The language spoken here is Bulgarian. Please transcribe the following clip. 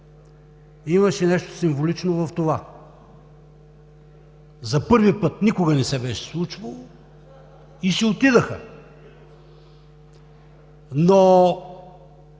имаше нещо символично в това, за първи път, никога не се беше случвало – и си отидоха. Но